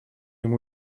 ему